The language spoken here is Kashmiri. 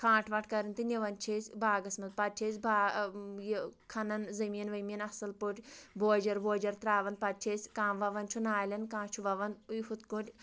کھانٛٹ وانٛٹ کَرٕنۍ تہٕ نِوان چھِ أسۍ باغس منٛز پَتہٕ چھِ أسۍ باغ یہِ کھَنان زٔمیٖن ؤمیٖن اَصٕل پٲٹھۍ بوجَر ووجَر ترٛاوان پَتہٕ چھِ أسۍ کانٛہہ وَوان چھُ نالٮ۪ن کانٛہہ چھُ وَوان یہِ ہُتھ کٲٹھۍ